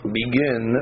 begin